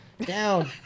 down